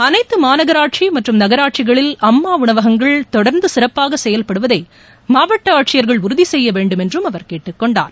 அனைத்து மாநராட்சி மற்றும் நகராட்சிகளில் அம்மா உணவகங்கள் தொடர்ந்து சிறப்பாக செயல்படுவதை மாவட்ட ஆட்சியர்கள் உறுதி செய்ய வேண்டும் என்றும் அவர் கேட்டுக்கொண்டார்